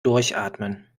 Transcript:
durchatmen